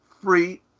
free